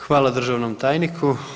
Hvala državnom tajniku.